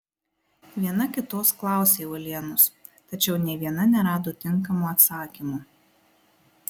viena kitos klausė uolienos tačiau nė viena nerado tinkamo atsakymo